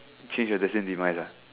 change your destined demise ah